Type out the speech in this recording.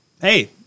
Hey